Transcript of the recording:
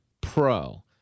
Pro